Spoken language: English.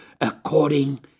according